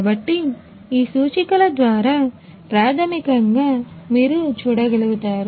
కాబట్టి ఈ సూచికల ద్వారా ప్రాథమికంగా మీరు చూడగలుగుతారు